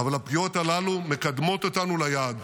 אבל הפגיעות הללו מקדמות אותנו אל היעד.